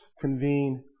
convened